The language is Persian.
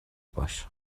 باش